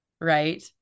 Right